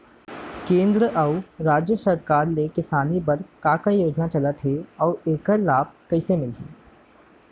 केंद्र अऊ राज्य सरकार ले किसान मन बर का का योजना चलत हे अऊ एखर लाभ कइसे मिलही?